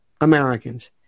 Americans